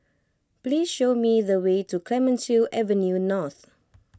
please show me the way to Clemenceau Avenue North